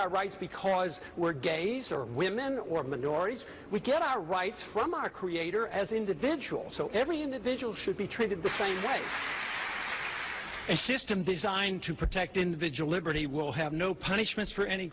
our rights because we're gays or women or minorities we get our rights from our creator as individuals so every individual should be treated the same system designed to protect individual liberty will have no punishments for any